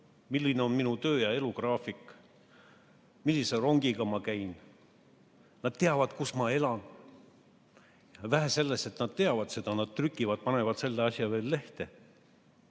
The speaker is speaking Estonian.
milline on minu töö‑ ja elugraafik, millise rongiga ma sõidan. Nad teavad, kus ma elan. Vähe sellest, et nad seda teavad, nad panevad selle asja veel lehte.